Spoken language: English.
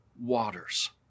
waters